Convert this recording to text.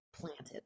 planted